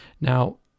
Now